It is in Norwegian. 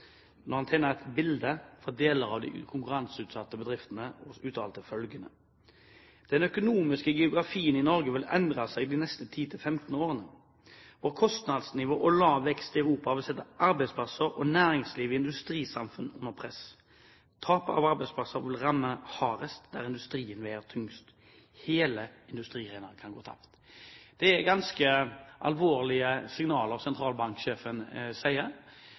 et bilde for deler av de konkurranseutsatte bedriftene: «Den økonomiske geografien i Norge vil endre seg de neste 10–15 årene. Vårt kostnadsnivå og lav vekst i Europa vil sette arbeidsplasser og næringslivet i industrisamfunn under press. Tap av arbeidsplasser vil ramme hardest der industrien veier tyngst. Hele industrigrener kan gå tapt.» Det er ganske alvorlige signaler sentralbanksjefen